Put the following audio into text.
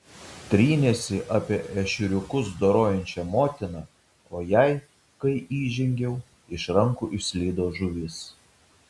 trynėsi apie ešeriukus dorojančią motiną o jai kai įžengiau iš rankų išslydo žuvis